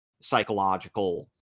psychological